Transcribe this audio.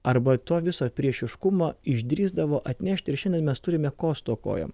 arba to viso priešiškumą išdrįsdavo atnešti ir šiandien mes turime ko stokojam